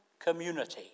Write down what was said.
community